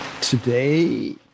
Today